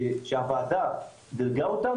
שהוועדה דירגה אותן,